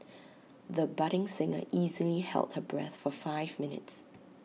the budding singer easily held her breath for five minutes